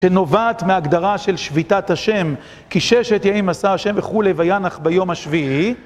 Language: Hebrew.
שנובעת מהגדרה של שביתת ה' כי ששת ימים עשה ה' וכולי וינח ביום השביעי.